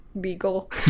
Beagle